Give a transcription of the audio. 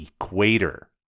equator